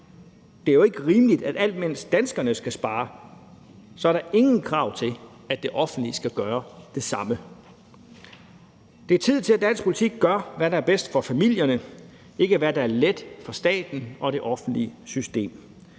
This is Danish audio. Det er jo ikke rimeligt, at der, alt imens danskerne skal spare, ingen krav er til, at det offentlige skal gøre det samme. Det er tid til, at dansk politik gør, hvad der er bedst for familierne, ikke hvad der er let for staten og det offentlige system,